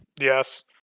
Yes